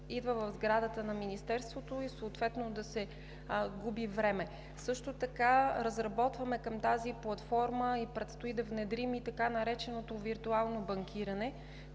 идва в сградата на Министерството и съответно да се губи време. Към тази платформа разработваме и също така предстои да внедрим и така нареченото виртуално банкиране,